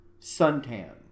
suntan